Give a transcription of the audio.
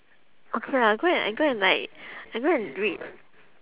okay lah go and I go and like I go and read